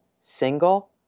single